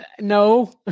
no